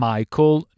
Michael